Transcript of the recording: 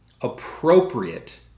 appropriate